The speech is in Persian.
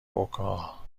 اوکلاهاما